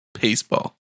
Baseball